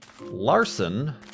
Larson